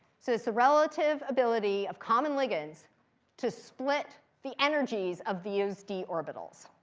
so it's the relative ability of common ligands to split the energies of these d orbitals.